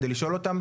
כדי לשאול אותם,